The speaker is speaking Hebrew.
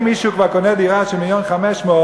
אם מישהו כבר קונה דירה של מיליון ו-500,000,